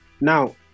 Now